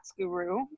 guru